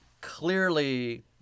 clearly